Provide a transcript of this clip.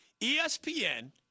ESPN